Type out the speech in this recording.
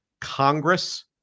Congress